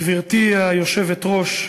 גברתי היושבת-ראש,